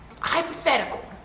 Hypothetical